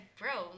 bro